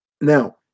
Now